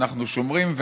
שאנחנו שומרים,